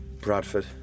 Bradford